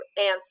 answer